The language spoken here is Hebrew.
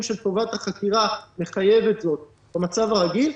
של טובת החקירה שמחייבת זאת במצב הרגיל,